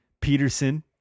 Peterson